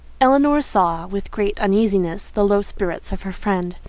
elinor saw, with great uneasiness the low spirits of her friend.